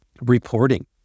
reporting